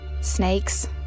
Snakes